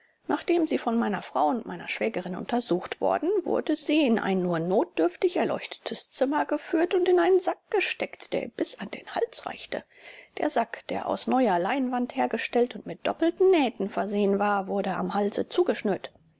nachdem sie von meiner frau und meiner schwägerin untersucht worden wurde sie in ein nur notdürftig erleuchtetes zimmer geführt und in einen sack gesteckt der ihr bis an den hals reichte der sack der aus neuer leinwand hergestellt und mit doppelten nähten versehen war wurde am halse zugeschnürt